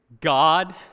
God